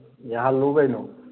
ꯌꯥꯍꯜꯂꯨ ꯀꯩꯅꯣ